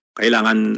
kailangan